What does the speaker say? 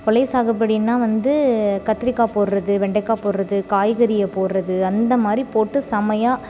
கொள்ளை சாகுபடினா வந்து கத்தரிக்காய் போடுறது வெண்டைக்காய் போடுறது காய்கறியை போடுறது அந்த மாதிரி போட்டு சமையா